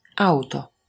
auto